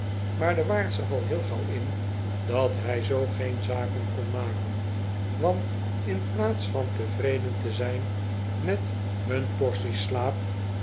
maar de waard zag al heel gauw in dat hij zoo geen zaken kon maken want in plaats van tevreden te zijn met hun portie slaap